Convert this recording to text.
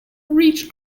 reached